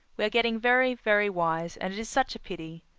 we are getting very, very wise, and it is such a pity.